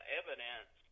evidence